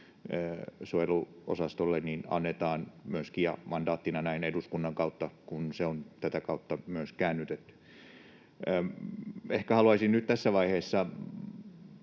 suojeluosastolle annetaan myöskin mandaattina näin eduskunnan kautta, kun se on tätä kautta myös käännytetty. Ehkä haluaisin nyt tässä vaiheessa